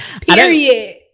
Period